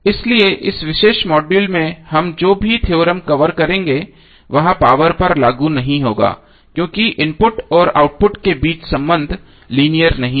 इसलिए इस विशेष मॉड्यूल में हम जो भी थ्योरम कवर करेंगे वह पावर पर लागू नहीं होगा क्योंकि इनपुट और आउटपुट के बीच संबंध लीनियर नहीं है